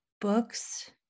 books